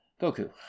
goku